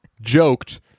joked